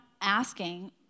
asking